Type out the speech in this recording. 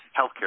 healthcare